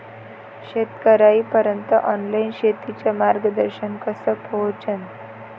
शेतकर्याइपर्यंत ऑनलाईन शेतीचं मार्गदर्शन कस पोहोचन?